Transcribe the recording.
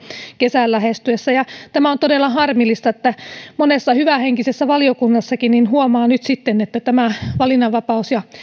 kesän lähestyessä ja tämä on todella harmillista monessa hyvähenkisessä valiokunnassakin huomaa nyt sitten että tämä valinnanvapaus ja